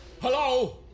Hello